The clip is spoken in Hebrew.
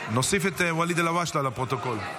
ואליד אלהואשלה לפרוטוקול.